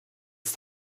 ist